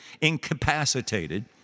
incapacitated